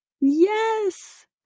Yes